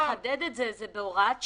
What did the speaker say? רק לחדד: זה בהוראת שעה.